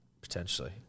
potentially